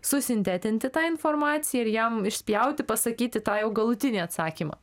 susintetinti tą informaciją ir jam išpjauti pasakyti tą jau galutinį atsakymą